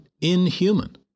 inhuman